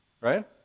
Right